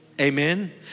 Amen